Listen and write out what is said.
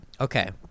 Okay